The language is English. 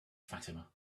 fatima